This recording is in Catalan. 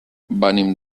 venim